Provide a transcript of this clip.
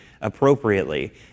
appropriately